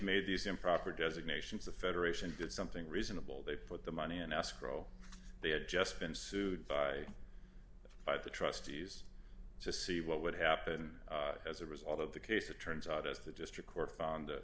made these improper designations the federation did something reasonable they put the money an escrow they had just been sued by of by the trustees to see what would happen as a result of the case of turns out as the district court fonda